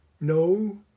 No